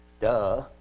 Duh